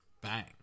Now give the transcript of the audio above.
bang